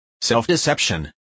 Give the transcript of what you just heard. self-deception